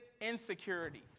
insecurities